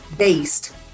based